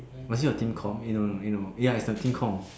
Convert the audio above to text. was it a team com you don't know you know ya it's a team com